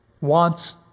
wants